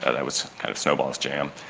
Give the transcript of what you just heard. ah that was kind of snowball's jam.